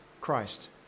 Christ